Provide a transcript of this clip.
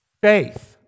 Faith